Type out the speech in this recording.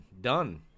done